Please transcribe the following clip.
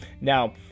Now